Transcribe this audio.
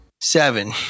Seven